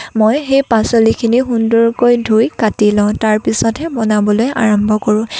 মই সেই পাচলিখিনি সুন্দৰকৈ ধুই কাটি লওঁ তাৰ পিছতহে বনাবলৈ আৰম্ভ কৰোঁ